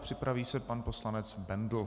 Připraví se pan poslanec Bendl.